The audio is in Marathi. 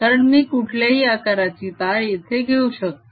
कारण मी कुठल्याही आकाराची तार येथे घेऊ शकतो